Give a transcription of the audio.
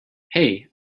hey